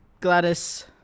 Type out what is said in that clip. Gladys